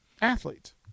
Athletes